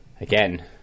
again